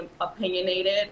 opinionated